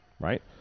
right